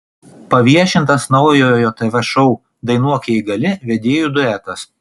paviešintas naujojo tv šou dainuok jei gali vedėjų duetas